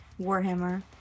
warhammer